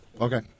Okay